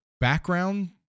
background